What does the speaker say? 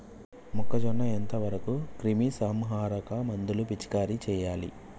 మొక్కజొన్న ఎంత వరకు క్రిమిసంహారక మందులు పిచికారీ చేయాలి?